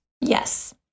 Yes